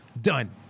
Done